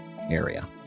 area